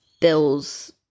bills